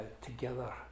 together